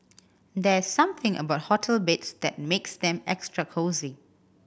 there's something about hotel beds that makes them extra cosy